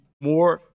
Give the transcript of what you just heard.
more